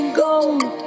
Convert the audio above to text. gold